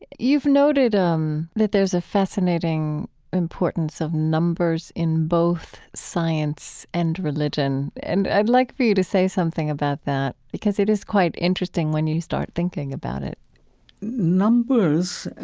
you've noted um that there's a fascinating importance of numbers in both science and religion, and i'd like for you to say something about that because it is quite interesting when you start thinking about it numbers,